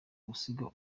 gusiga